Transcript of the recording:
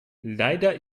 leider